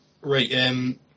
Right